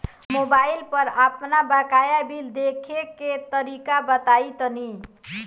Mobile पर आपन बाकाया बिल देखे के तरीका बताईं तनि?